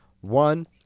One